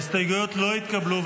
ההסתייגויות לא התקבלו.